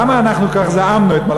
למה אנחנו כל כך זעמנו אתמול?